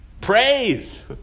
Praise